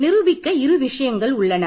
எனவே நிரூபிக்க இரு விஷயங்கள் உள்ளன